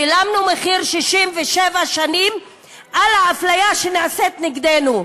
שילמנו מחיר 67 שנים על האפליה נגדנו.